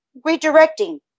Redirecting